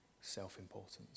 self-importance